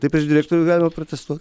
taip prieš direktorių ir galima protestuot